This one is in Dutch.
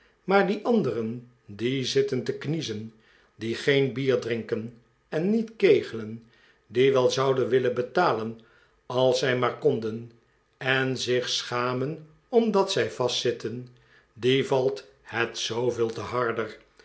maar die anderen die zitten te kniezen die geen bier drinken en niet kegelen die wel zouden willen betalen als zij maar konden en zich schamen omdat zij vastzitten dien valt het zooveel te harder